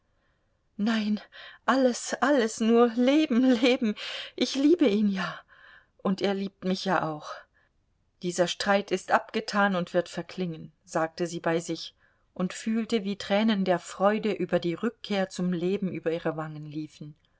nein alles alles nur leben leben ich liebe ihn ja und er liebt mich ja auch dieser streit ist abgetan und wird verklingen sagte sie bei sich und fühlte wie tränen der freude über die rückkehr zum leben über ihre wangen liefen